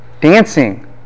dancing